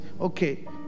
okay